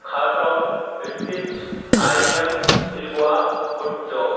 کھاٹ روم رٹ کچ آئی ایم الگوا بٹجو